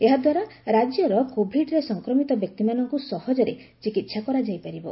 ଏହାଦ୍ୱାରା ରାଜ୍ୟର କୋଭିଡ୍ରେ ସଂକ୍ରମିତ ବ୍ୟକ୍ତିମାନଙ୍କୁ ସହଜରେ ଚିକିତ୍ସା କରାଯାଇ ପାରିବ